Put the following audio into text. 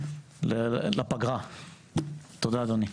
תודה אדוני.